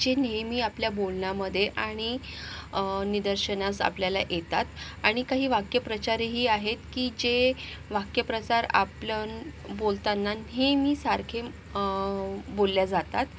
जे नेहमी आपल्या बोलण्यामध्ये आणि निदर्शनास आपल्याला येतात आणि काही वाक्यप्रचारही आहेत की जे वाक्यप्रचार आपलं बोलतांना नेहमी सारखे बोलले जातात